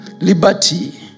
liberty